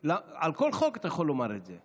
על כל חוק אתה יכול לומר את זה.